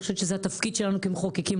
זה התפקיד שלנו כמחוקקים.